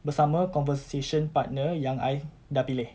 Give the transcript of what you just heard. bersama conversation partner yang I dah pilih